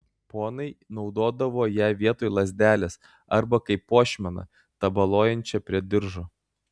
ponai naudodavo ją vietoj lazdelės arba kaip puošmeną tabaluojančią prie diržo